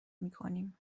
میکنیم